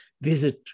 visit